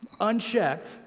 unchecked